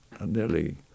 nearly